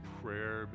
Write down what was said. prayer